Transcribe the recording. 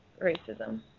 racism